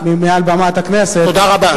תודה רבה.